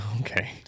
Okay